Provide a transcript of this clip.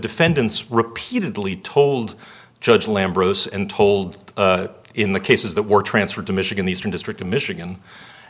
defendants repeatedly told the judge lam bros and told in the cases that were transferred to michigan the eastern district of michigan